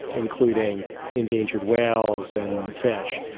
including endangered whales and fish.